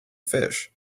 fish